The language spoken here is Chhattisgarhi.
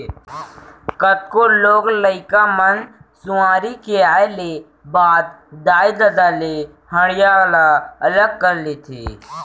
कतको लोग लइका मन सुआरी के आए के बाद दाई ददा ले हँड़िया ल अलग कर लेथें